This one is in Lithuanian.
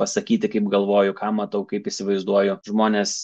pasakyti kaip galvoju ką matau kaip įsivaizduoju žmones